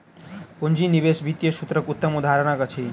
पूंजी निवेश वित्तीय सूत्रक उत्तम उदहारण अछि